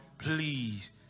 Please